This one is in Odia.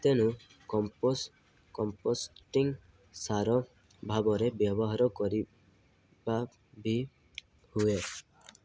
ତେଣୁ କମ୍ପୋଷ୍ଟ୍ କମ୍ପୋଷ୍ଟିଂ ସାର ଭାବରେ ବ୍ୟବହାର କରିବା ବି ହୁଏ